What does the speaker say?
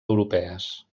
europees